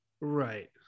right